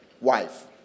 wife